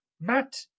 Matt